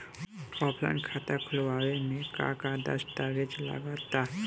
Offline खाता खुलावे म का का दस्तावेज लगा ता?